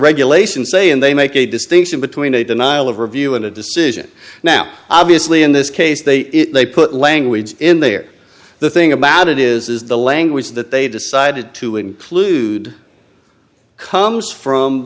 regulations say and they make a distinction between a denial of review and a decision now obviously in this case they they put language in there the thing about it is the language that they decided to include comes from